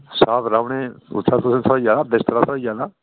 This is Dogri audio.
स्हाब लाओ उ'ने उत्थें तुसें थ्होई जाना बिस्तरा थ्होई जाना